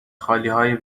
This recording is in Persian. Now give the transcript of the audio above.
خالیهای